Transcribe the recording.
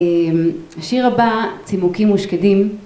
השיר הבא צימוקים ושקדים